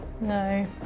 no